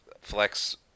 flex